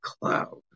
cloud